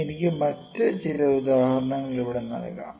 എനിക്ക് മറ്റ് ചില ഉദാഹരണങ്ങൾ ഇവിടെ നൽകാം